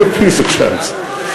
Give peace a chance.